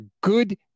good